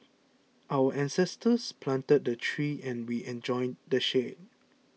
our ancestors planted the trees and we enjoy the shade